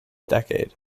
decade